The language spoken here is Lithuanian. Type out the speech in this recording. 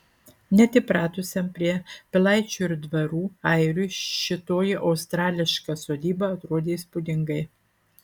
net įpratusiam prie pilaičių ir dvarų airiui šitoji australiška sodyba atrodė įspūdingai